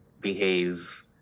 behave